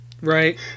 Right